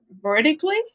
vertically